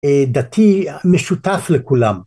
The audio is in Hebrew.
דתי משותף לכולם.